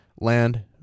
land